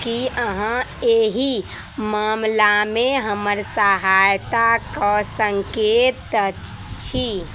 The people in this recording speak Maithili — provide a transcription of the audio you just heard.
की अहाँ एही मामलामे हमर सहायता कऽ सकैत छी